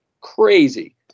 crazy